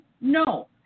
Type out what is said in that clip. No